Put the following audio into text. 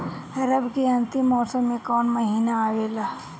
रवी के अंतिम मौसम में कौन महीना आवेला?